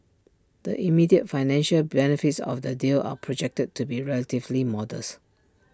the immediate financial benefits of the deal are projected to be relatively modest